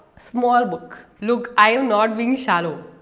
small book. look, i am not being shallow.